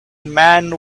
man